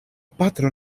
patro